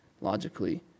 logically